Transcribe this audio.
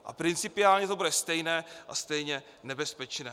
A principiálně to bude stejné a stejně nebezpečné.